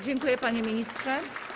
Dziękuję, panie ministrze.